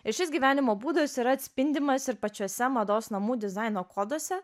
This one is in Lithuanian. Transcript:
ir šis gyvenimo būdas yra atspindimas ir pačiuose mados namų dizaino koduose